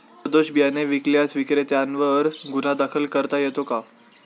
सदोष बियाणे विकल्यास विक्रेत्यांवर गुन्हा दाखल करता येतो का?